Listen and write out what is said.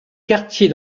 quartier